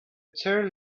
chair